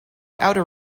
outer